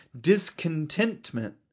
discontentment